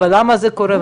למה זה קורה,